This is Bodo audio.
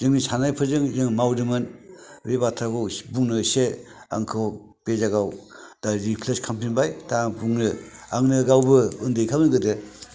जोंनि साननायफोरजों जोङो मावदोंमोन बे बाथ्राखौ बुंनो एसे आंखौ बे जायगायाव दा रेखुवेस्ट खालामफिनबाय दा आं बुंनि आंनो गावबो उन्दैखामोन गोदो